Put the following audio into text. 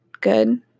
good